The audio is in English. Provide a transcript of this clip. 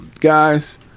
guys